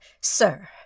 sir